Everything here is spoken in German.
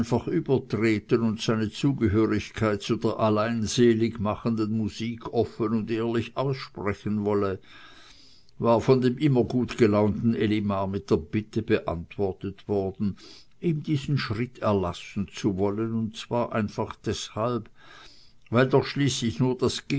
übertreten und seine zugehörigkeit zu der alleinseligmachenden musik offen und ehrlich aussprechen wolle war von dem immer gutgelaunten elimar mit der bitte beantwortet worden ihm diesen schritt erlassen zu wollen und zwar einfach deshalb weil doch schließlich nur